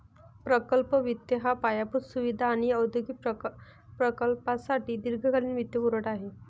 प्रकल्प वित्त हा पायाभूत सुविधा आणि औद्योगिक प्रकल्पांसाठी दीर्घकालीन वित्तपुरवठा आहे